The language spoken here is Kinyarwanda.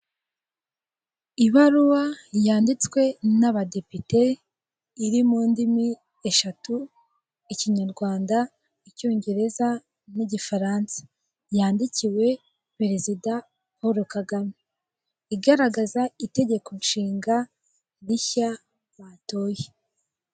Ibaruwa yanditswe n'abadepite iri mu ndimi eshatu: Ikinyarwanda, Icyongereza, n'Igifaransa yandikiwe perezida polo Kagame, igaragaza itegekonshinga rishya batoye.